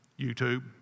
YouTube